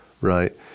right